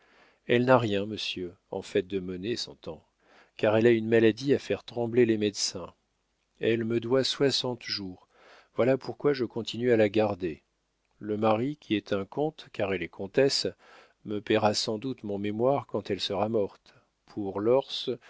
elle n'a rien monsieur en fait de monnaie s'entend car elle a une maladie à faire trembler les médecins elle me doit soixante jours voilà pourquoi je continue à la garder le mari qui est un comte car elle est comtesse me payera sans doute mon mémoire quand elle sera morte pour lorsse